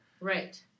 Right